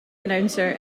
announcer